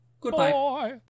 Goodbye